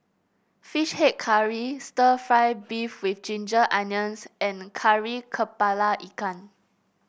fish head curry stir fry beef with Ginger Onions and Kari kepala Ikan